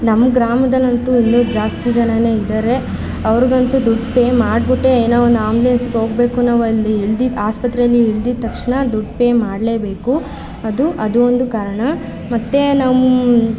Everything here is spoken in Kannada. ನಮ್ಮ ಗ್ರಾಮದಲ್ಲಂತೂ ಇನ್ನೂ ಜಾಸ್ತಿ ಜನವೇಯಿದ್ದಾರೆ ಅವ್ರಿಗಂತೂ ದುಡ್ಡು ಪೇ ಮಾಡಿಬಿಟ್ಟೆ ಏನೋ ಒಂದು ಆಂಬ್ಲೆನ್ಸಿಗೆ ಹೋಗ್ಬೇಕು ನಾವಲ್ಲಿ ಇಳ್ದು ಆಸ್ಪತ್ರೆಯಲ್ಲಿ ಇಳ್ದಿದ ತಕ್ಷಣ ದುಡ್ಡು ಪೇ ಮಾಡಲೇಬೇಕು ಅದು ಅದು ಒಂದು ಕಾರಣ ಮತ್ತು ನಮ್ಮ